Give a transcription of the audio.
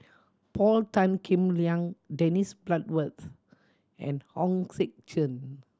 Paul Tan Kim Liang Dennis Bloodworth and Hong Sek Chern